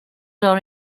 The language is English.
are